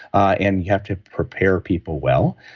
ah and you have to prepare people well.